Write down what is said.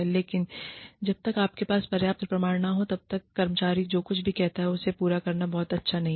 लेकिन जब तक आपके पास पर्याप्त प्रमाण न हो तब तक कर्मचारी जो कुछ भी कहता है उसे पूरा करना बहुत अच्छा नहीं है